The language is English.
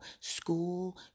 school